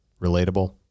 relatable